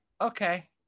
Okay